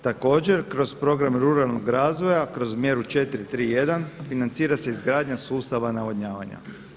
Također kroz program ruralnog razvoja, kroz mjeru 4.3.1 financira se izgradnja sustava navodnjavanja.